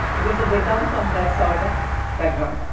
ok so they come from that sort of background.